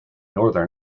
northern